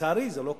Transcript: ולצערי זה לא קרה.